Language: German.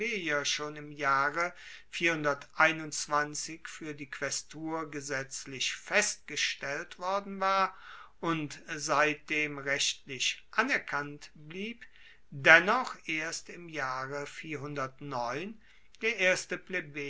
plebejer schon im jahre fuer die quaestur gesetzlich festgestellt worden war und seitdem rechtlich anerkannt blieb dennoch erst im jahre der erste